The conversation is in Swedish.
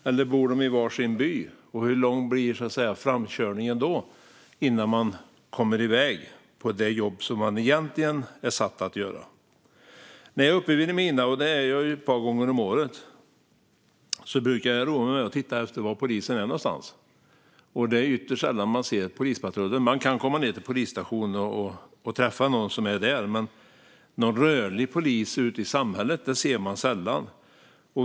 Eller bor de i var sin by, och hur lång blir framkörningen då innan man kommer iväg på det jobb som man egentligen är satt att göra? När jag är uppe i Vilhelmina, vilket jag är ett par gånger om året, brukar jag roa mig med att titta efter var polisen är någonstans. Det är ytterst sällan man ser polispatrullen. Man kan träffa någon på polisstationen, men någon rörlig polis ute i samhället ser man sällan.